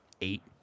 eight